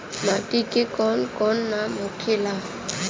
माटी के कौन कौन नाम होखेला?